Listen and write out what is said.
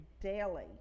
daily